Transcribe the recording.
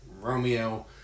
Romeo